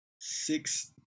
six